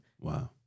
Wow